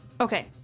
Okay